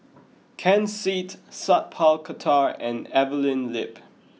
Ken Seet Sat Pal Khattar and Evelyn Lip